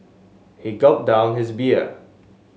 he gulped down his beer